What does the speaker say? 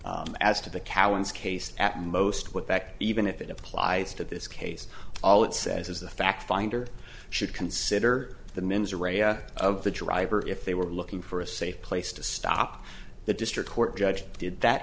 him as to the cowans case at most what that even if it applies to this case all it says is the fact finder should consider the mens rea of the driver if they were looking for a safe place to stop the district court judge did that